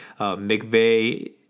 McVeigh